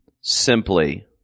simply